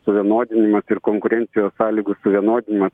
suvienodinimas ir konkurencijos sąlygų suvienodinimas